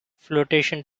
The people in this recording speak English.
flotation